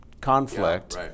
conflict